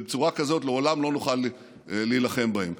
בצורה כזאת לעולם לא נוכל להילחם בהם.